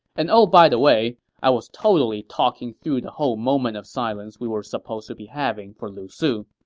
and oh by the way, i was totally talking through the whole moment of silence we were supposed to be having for lu su.